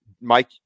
mike